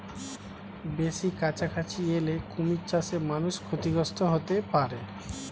বেশি কাছাকাছি এলে কুমির চাষে মানুষ ক্ষতিগ্রস্ত হতে পারে